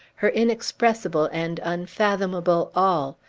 her inexpressible and unfathomable all,